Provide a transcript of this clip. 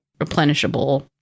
replenishable